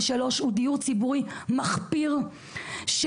ושמסבסד בפרויקט מחיר למשתכן ומחיר